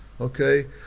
okay